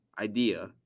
idea